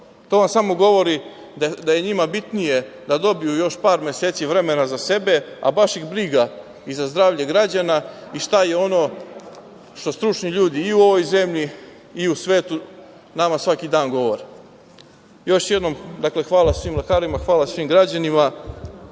to vam samo govori da je njima bitnije da dobiju još par meseci vremena za sebe, a baš ih briga i za zdravlje građana i šta je ono što stručni ljudi, i u ovoj zemlji i u svetu, nama svaki dan govore. Još jednom, dakle, hvala svim lekarima, hvala svim građanima.